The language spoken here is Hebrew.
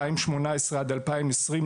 בשנים 2018 - 2020,